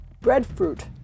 breadfruit